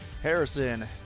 Harrison